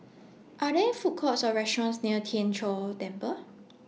Are There Food Courts Or restaurants near Tien Chor Temple